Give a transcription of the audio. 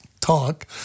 talk